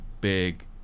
big